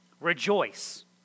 Rejoice